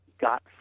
got